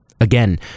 Again